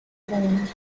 moon